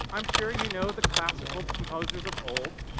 i'm sure you know the classical composers of old,